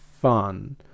fun